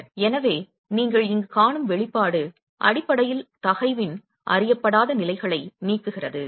எனவே நீங்கள் இங்கு காணும் வெளிப்பாடு அடிப்படையில் தகைவின் அறியப்படாத நிலைகளை நீக்குகிறது